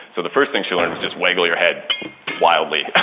so the first thing she learned was just waggle your head wildly,